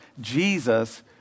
Jesus